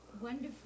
wonderful